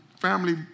family